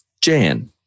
Jan